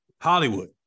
Hollywood